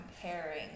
comparing